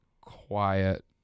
quiet